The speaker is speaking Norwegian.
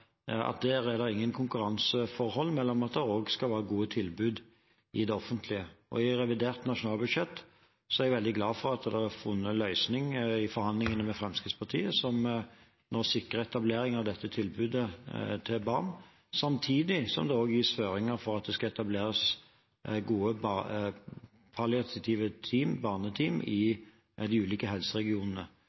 gode tilbud i det offentlige. Jeg er veldig glad for at det i revidert nasjonalbudsjett er funnet en løsning i forhandlingene med Fremskrittspartiet som nå sikrer etablering av dette tilbudet til barn, samtidig som det også gis føringer for at det skal etableres gode palliative team, barneteam, i de ulike helseregionene.